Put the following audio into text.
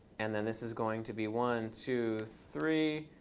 and then this is going to be one, two, three,